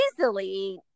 easily